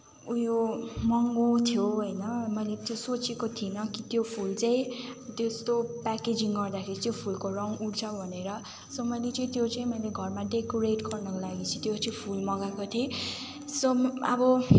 उयो महँगो थियो होइन मैले चाहिँ सोचेको थिइनँ कि त्यो फुल चाहिँ त्यस्तो प्याकेजिङ गर्दाखेरि चाहिँ फुलको रङ उड्छ भनेर सो मैले चाहिँ त्यो चाहिँ मैले घरमा डेकोरेट गर्नको लागि चाहिँ त्यो चाहिँ फुल मँगाएको थिएँ सो अब